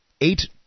eight